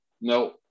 no